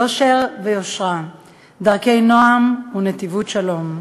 יושר ויושרה, דרכי נועם ונתיבות שלום,